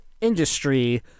industry